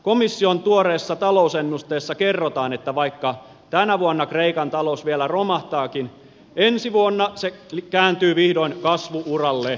komission tuoreessa talousennusteessa kerrotaan että vaikka tänä vuonna kreikan talous vielä romahtaakin ensi vuonna se kääntyy vihdoin kasvu uralle